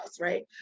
right